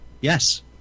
Yes